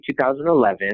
2011